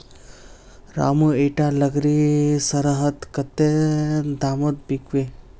रामू इटा लकड़ी शहरत कत्ते दामोत बिकबे